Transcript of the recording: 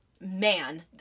man